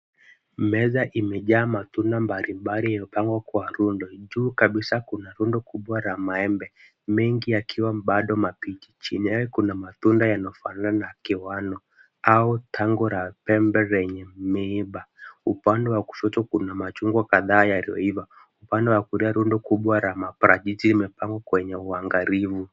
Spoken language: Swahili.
Meza imejaa matunda mbalimbali yaliyopangwa kwa rundo. Juu kabisa kuna rundo kubwa la maembe mengi yakiwa bado mabichi. Chini yao kuna matunda yanafanana kiwalo au tango la pembe zenye miiba. Upande wa kushoto kuna machungwa kadhaa yaliyoiva. Upande wa kulia rundo kubwa la mabrajeti yamepangwa kwenye uangalifu.